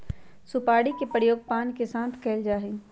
सुपारी के प्रयोग पान के साथ कइल जा हई